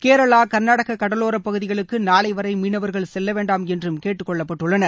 கேரளா கர்நாடகா கடலோர பகுதிகளுக்கு நாளை வரை மீனவர்கள் செல்வேண்டாம் என்று கேட்டுக்கொள்ளப்பட்டுள்ளனர்